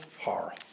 horror